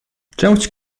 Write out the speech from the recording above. część